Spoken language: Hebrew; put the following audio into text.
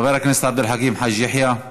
חבר הכנסת עבד אל חכים חאג' יחיא,